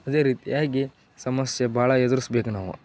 ಅದೇ ರೀತಿಯಾಗಿ ಸಮಸ್ಯೆ ಭಾಳ ಎದಿರ್ಸ್ಬೇಕ್ ನಾವು